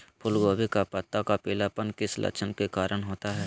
फूलगोभी का पत्ता का पीलापन किस लक्षण के कारण होता है?